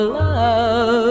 love